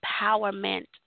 empowerment